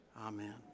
Amen